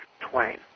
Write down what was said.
Twain